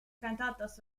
cantatas